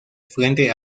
frente